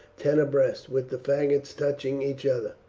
ten abreast, with the faggots touching each other.